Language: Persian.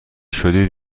شدید